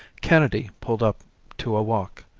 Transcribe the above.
kennedy pulled up to a walk.